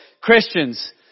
Christians